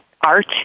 art